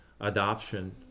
adoption